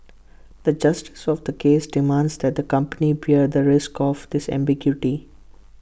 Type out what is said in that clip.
the justice of the case demands that the company bear the risk of this ambiguity